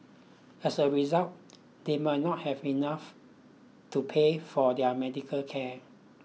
as a result they may not have enough to pay for their medical care